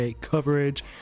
coverage